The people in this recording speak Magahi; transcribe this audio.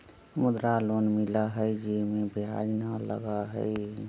मुद्रा लोन मिलहई जे में ब्याज न लगहई?